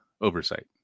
oversight